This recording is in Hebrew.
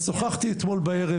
ושוחחתי אתמול בערב,